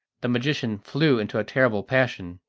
the magician flew into a terrible passion,